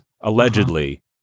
allegedly